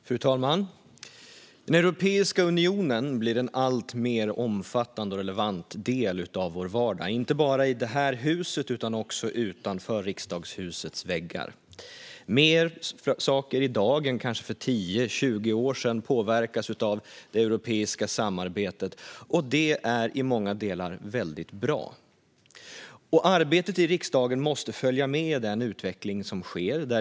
Fru talman! Europeiska unionen blir en alltmer omfattande och relevant del av vår vardag, inte bara i detta hus utan också utanför riksdagshusets väggar. Det är fler saker i dag än för kanske tio tjugo år sedan som påverkas av det europeiska samarbetet, och detta är i många delar väldigt bra. Arbetet i riksdagen måste följa med i den utveckling som sker.